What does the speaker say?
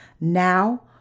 Now